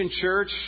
church